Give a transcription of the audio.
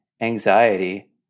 anxiety